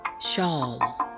Shawl